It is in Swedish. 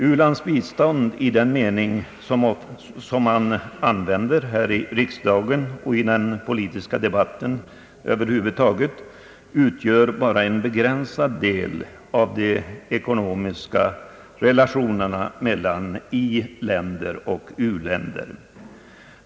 U-landsbistånd i den mening som man avser här i riksdagen och i den politiska debatten över huvud taget utgör bara en begränsad del av de ekonomiska relationerna mellan i-länder och u-länder.